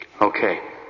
Okay